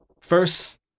First